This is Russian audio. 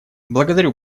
благодарю